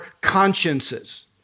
consciences